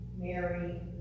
Mary